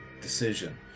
decision